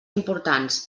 importants